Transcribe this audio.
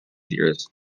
years